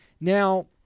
Now